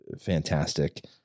fantastic